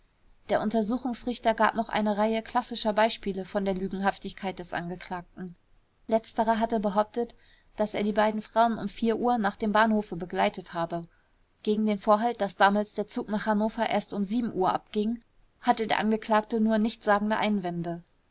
der untersuchungsrichter gab noch eine reihe klassischer beispiele von der lügenhaftigkeit des angeklagten letzterer hatte behauptet daß er die beiden frauen um uhr nach dem bahnhofe begleitet habe gegen den vorhalt daß damals der zug nach hannover erst um uhr abging hatte der angeklagte nur nichtssagende einwände